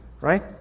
right